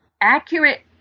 accurate